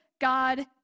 God